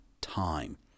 time